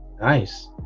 nice